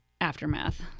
aftermath